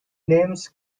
names